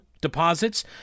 deposits